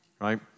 Right